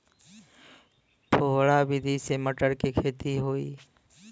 फुहरा विधि से मटर के खेती होई